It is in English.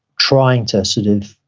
trying to sort of,